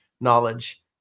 knowledge